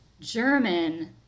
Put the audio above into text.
German